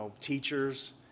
teachers